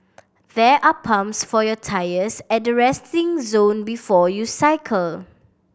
there are pumps for your tyres at the resting zone before you cycle